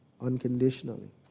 unconditionally